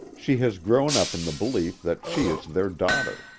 she has grown up in the belief that she is their daughter.